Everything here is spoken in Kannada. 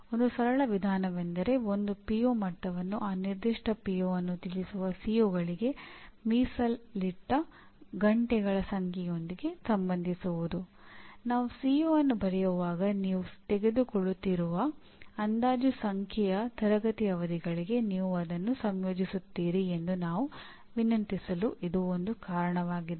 ಒಂದು ಸರಳ ವಿಧಾನವೆಂದರೆ ಒಂದು ಪಿಒ ಅನ್ನು ಬರೆಯುವಾಗ ನೀವು ತೆಗೆದುಕೊಳ್ಳಲಿರುವ ಅಂದಾಜು ಸಂಖ್ಯೆಯ ತರಗತಿ ಅವಧಿಗಳಿಗೆ ನೀವು ಅದನ್ನು ಸಂಯೋಜಿಸುತ್ತೀರಿ ಎಂದು ನಾವು ವಿನಂತಿಸಲು ಇದು ಒಂದು ಕಾರಣವಾಗಿದೆ